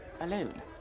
alone